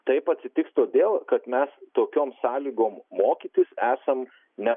taip atsitiks todėl kad mes tokiom sąlygom mokytis esam ne